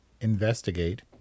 investigate